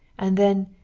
and then,